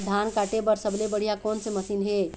धान काटे बर सबले बढ़िया कोन से मशीन हे?